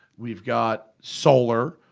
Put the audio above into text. we've got solar,